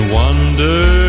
wonder